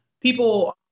people